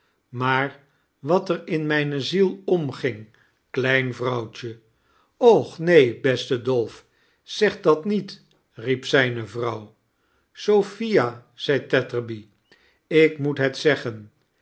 maar wat er in mijne ziel omging klein vrouwtje och neen beste dolf zeg dat niet riep zijne vrouw sophia zei tetterby ik moet het zeggen